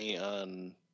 on